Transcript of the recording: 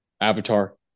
Avatar